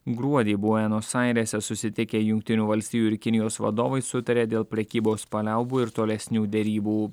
gruodį buenos airėse susitikę jungtinių valstijų ir kinijos vadovai sutarė dėl prekybos paliaubų ir tolesnių derybų